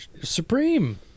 supreme